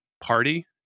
party